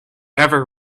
ever